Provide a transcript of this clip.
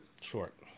Short